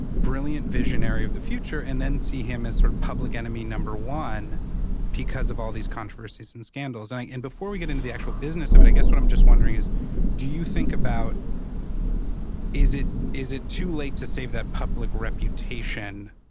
brilliant visionary of the future, and then see him as sort of public enemy number one because of all these controversies and scandals. and and before we get into the actual business of it, i guess what i'm just wondering is do you think about is it is it too late to save that public reputation